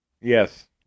Yes